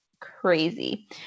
crazy